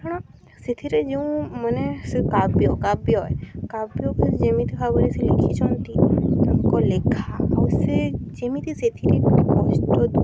କ'ଣ ସେଥିରେ ଯେଉଁ ମାନେ ସେ କାବ୍ୟ କାବ୍ୟ କାବ୍ୟକୁ ଯେମିତି ଭାବରେ ସେ ଲେଖିଛନ୍ତି ତାଙ୍କ ଲେଖା ଆଉ ସେ ଯେମିତି ସେଥିରେ ଗୋଟେ କଷ୍ଟ ଦୁଃଖ